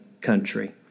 country